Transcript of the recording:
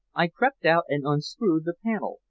i crept out and unscrewed the panel,